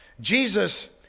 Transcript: Jesus